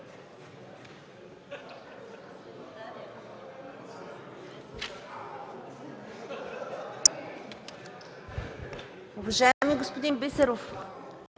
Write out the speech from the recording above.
уважаеми господин Миков!